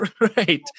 Right